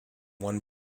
one